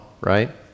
right